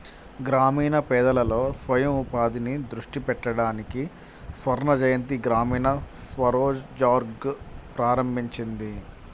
గ్రామీణ పేదలలో స్వయం ఉపాధిని దృష్టి పెట్టడానికి స్వర్ణజయంతి గ్రామీణ స్వరోజ్గార్ ప్రారంభించింది